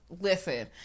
Listen